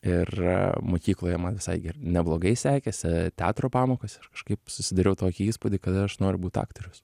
ir mokykloje man visai neblogai sekėsi teatro pamokos ir kažkaip susidariau tokį įspūdį kad aš noriu būt aktorius